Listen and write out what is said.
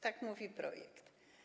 Tak mówi projekt.